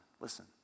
Listen